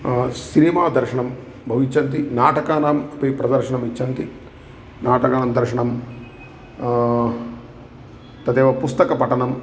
cinema दर्शनं बहु इच्छन्ति नाटकानाम् अपि प्रदर्शनम् इच्छन्ति नाटकान् दर्शनं तदेव पुस्तकपठनं